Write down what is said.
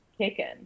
taken